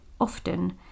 often